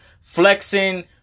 flexing